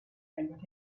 einfach